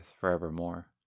forevermore